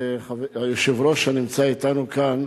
יחד עם היושב-ראש שנמצא אתנו כאן,